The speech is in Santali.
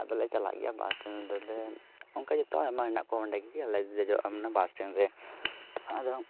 ᱟᱫᱚ ᱞᱮ ᱪᱟᱞᱟᱜ ᱜᱮᱭᱟ ᱵᱟᱥᱴᱮᱱᱰ ᱫᱚᱞᱮ ᱚᱱᱠᱟ ᱡᱚᱛᱚ ᱦᱚᱲ ᱟᱭᱢᱟ ᱢᱮᱱᱟᱜ ᱠᱚᱣᱟ ᱚᱸᱰᱮ ᱜᱮ ᱟᱞᱮ ᱞᱮ ᱫᱮᱡᱚᱜᱼᱟ ᱢᱟᱱᱮ ᱵᱟᱥᱴᱮᱱᱰ ᱨᱮ